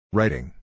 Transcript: Writing